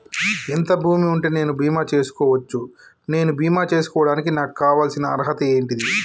ఎంత భూమి ఉంటే నేను బీమా చేసుకోవచ్చు? నేను బీమా చేసుకోవడానికి నాకు కావాల్సిన అర్హత ఏంటిది?